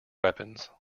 weapons